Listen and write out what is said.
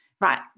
right